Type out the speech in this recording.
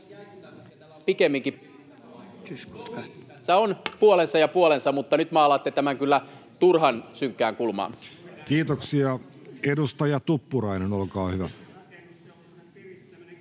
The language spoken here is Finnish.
Toki tässä on puolensa ja puolensa, mutta nyt maalaatte tämän kyllä turhan synkkään kulmaan. Kiitoksia. — Edustaja Tuppurainen, olkaa hyvä.